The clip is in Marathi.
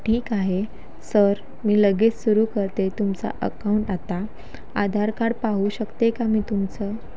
ठीक आहे सर मी लगेच सुरू करते तुमचा अकाऊंट आता आधार कार्ड पाहू शकते का मी तुमचं